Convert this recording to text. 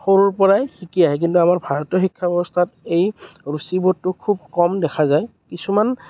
সৰুৰ পৰাই শিকি আহে কিন্তু আমাৰ ভাৰতীয় শিক্ষা ব্যৱস্থাত এই ৰুচিবোধটো খুব কম দেখা যায় কিছুমান